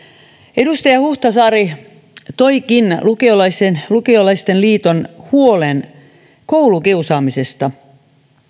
edustaja huhtasaari toikin lukiolaisten lukiolaisten liiton huolen koulukiusaamisesta